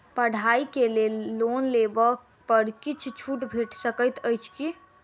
पढ़ाई केँ लेल लोन लेबऽ पर किछ छुट भैट सकैत अछि की?